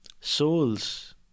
souls